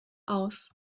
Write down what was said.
aus